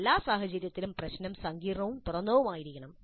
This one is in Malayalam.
എല്ലാ സാഹചര്യങ്ങളിലും പ്രശ്നം സങ്കീർണ്ണവും തുറന്നതുമായിരിക്കണം